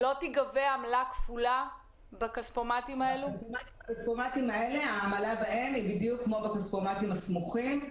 העמלה בכספומטים האלה היא בדיוק כמו בכספומטים הסמוכים,